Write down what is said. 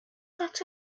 that